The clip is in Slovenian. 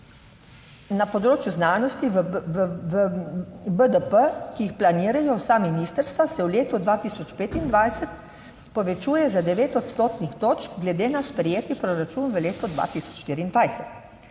na področju znanosti v BDP, ki jih planirajo vsa ministrstva, se v letu 2025 povečuje za 9 odstotnih točk glede na sprejeti proračun v letu 2024.